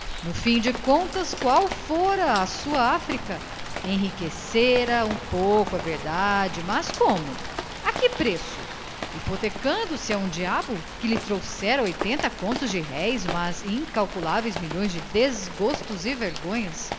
no fim de contas qual fora a sua áfrica enriquecera um pouco é verdade mas como a que preço hipotecando se a um diabo que lhe trouxera oitenta contos de réis mas incalculáveis milhões de desgostos e vergonhas